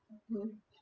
mmhmm